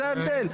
זה ההבדל.